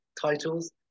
titles